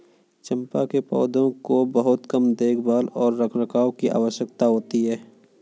चम्पा के पौधों को बहुत कम देखभाल और रखरखाव की आवश्यकता होती है